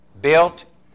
built